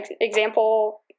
Example